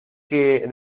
que